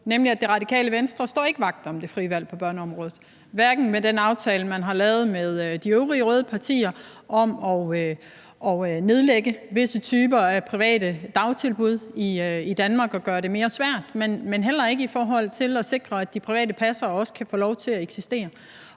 nemlig ved at Radikale Venstre ikke står vagt om det frie valg på børneområdet, hverken med den aftale, man har lavet med de øvrige røde partier, om at nedlægge visse typer af private dagtilbud i Danmark og gøre det mere svært, men heller ikke i forhold til at sikre, at de private passere også kan få lov til at eksistere.